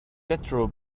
jethro